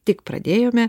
tik pradėjome